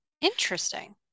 Interesting